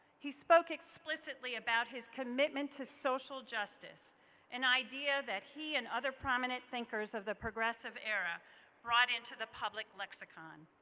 he spoke explicitly about his commitment to social justice an idea that he and other prominent thinkers of the progressive era brought into the public lexicon.